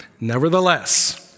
Nevertheless